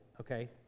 okay